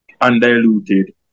undiluted